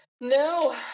No